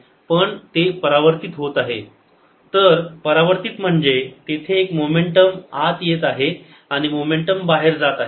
70×10 6 N तर परावर्तित म्हणजे तेथे एक मोमेंटम आत येत आहे आणि मोमेंटम बाहेर जात आहे